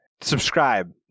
subscribe